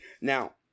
now